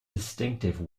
distinctive